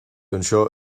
anseo